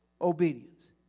obedience